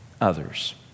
others